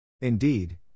Indeed